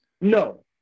No